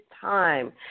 time